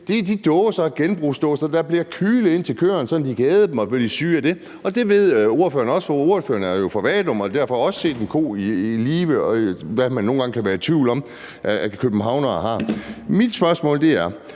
det er også de genbrugsdåser, der bliver kylet indtil køerne, så de kan æde dem og blive syge af det. Og det ved ordføreren også, for ordføreren er jo fra Vadum og har derfor også set en ko i live, hvad man nogle gange kan være i tvivl om at københavnere har. Mit spørgsmål er: